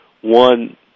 one